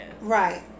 Right